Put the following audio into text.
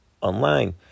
online